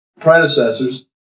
predecessors